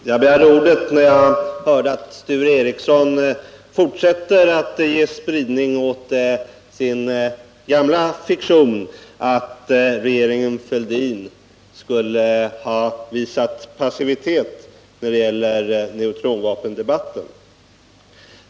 Herr talman! Jag begärde ordet när jag hörde att Sture Ericson fortsätter att ge spridning åt sin gamla fiktion att regeringen Fälldin skulle ha visat "passivitet i neutronvapendebatten.